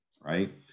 right